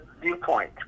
viewpoint